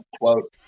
quote